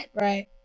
Right